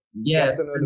Yes